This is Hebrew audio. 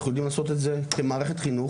אנחנו יודעים לעשות את זה כמערכת חינוך.